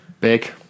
Big